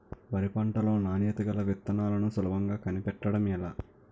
వరి పంట లో నాణ్యత గల విత్తనాలను సులభంగా కనిపెట్టడం ఎలా?